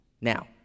Now